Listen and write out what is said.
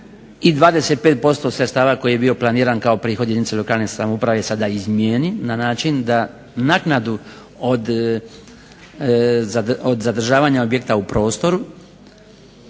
i 25% sredstava koji je bio planiran kao prihod jedinica lokalne samouprave sada izmijeni na način da naknadu od zadržavanja objekta u prostoru